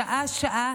שעה-שעה,